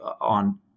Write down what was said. on